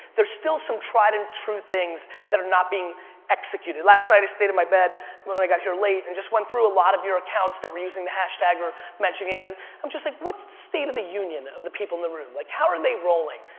there's still some tried and true things that are not being executed. last night i stayed in my bed when i got here late and just went through a lot of your accounts that were using the hashtag or mentioning them. and i'm just like what's the state of the union, of the people in the room, like how are they rolling?